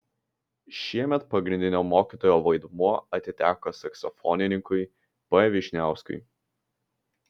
šiemet pagrindinio mokytojo vaidmuo atiteko saksofonininkui p vyšniauskui